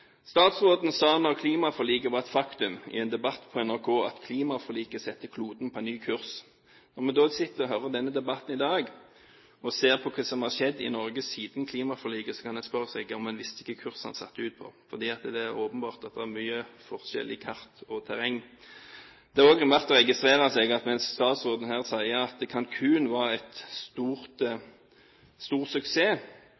Statsråden sa i en debatt i NRK da klimaforliket var et faktum, at klimaforliket setter kloden på en ny kurs. Når man sitter og hører på debatten i dag, og ser hva som har skjedd i Norge siden klimaforliket, kan man spørre seg om han visste hvilken kurs man satte ut på. Det er åpenbart at det er stor forskjell på kart og terreng. Det er også verdt å merke seg at mens statsråden her sier at Cancún var en stor suksess – han omtalte det som et